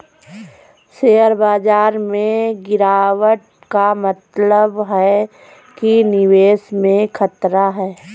share बाजार में गिराबट का मतलब है कि निवेश में खतरा है